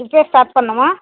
இப்போவே ஸ்டார்ட் பண்ணணுமா